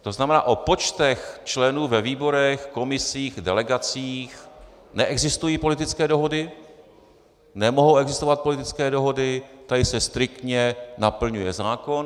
To znamená, o počtech členů ve výborech, komisích, delegacích neexistují politické dohody, nemohou existovat politické dohody, tady se striktně naplňuje zákon.